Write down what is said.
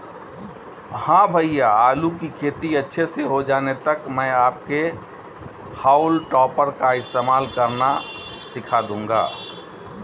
हां भैया आलू की खेती अच्छे से हो जाने तक मैं आपको हाउल टॉपर का इस्तेमाल करना सिखा दूंगा